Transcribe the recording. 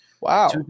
Wow